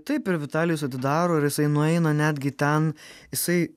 taip ir vitalijus atidaro ir jisai nueina netgi ten jisai